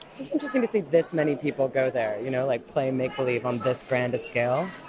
it's interesting to see this many people go there, you know like play make believe on this grand scale.